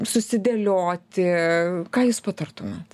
susidėlioti ką jūs patartumėt